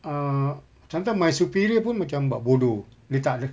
err sometimes my superior pun macam buat bodoh dia tak dia